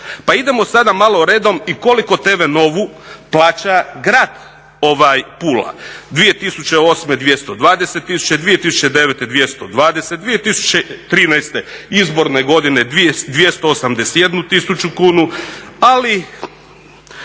Pa idemo sada malo redom i koliko TV Nova-u plaća grad pula. 2008. 220 tisuća, 2009. 220., 2013. izborne godine 281 tisuću kunu ali